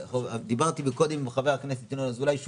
דיברתי קודם עם חבר הכנסת ינון אזולאי שהוא